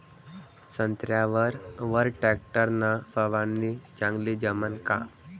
संत्र्यावर वर टॅक्टर न फवारनी चांगली जमन का?